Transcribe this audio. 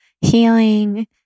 healing